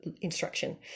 instruction